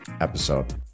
episode